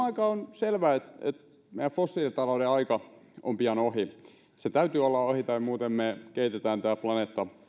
aikaan on selvää että meidän fossiilitalouden aika on pian ohi sen täytyy olla ohi tai muuten me kehitämme tämän planeetan